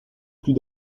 plus